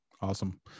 Awesome